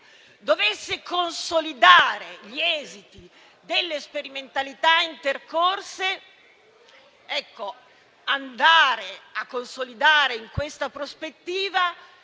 dovesse consolidare gli esiti delle sperimentalità intercorse, si possa andare a consolidare in questa prospettiva